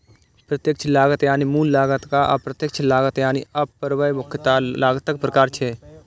प्रत्यक्ष लागत यानी मूल लागत आ अप्रत्यक्ष लागत यानी उपरिव्यय मुख्यतः लागतक प्रकार छियै